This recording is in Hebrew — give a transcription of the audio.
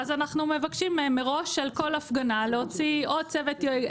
ואז אנחנו מבקשים מהם מראש שלכל הפגנה להוציא עוד צוות.